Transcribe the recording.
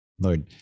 Lord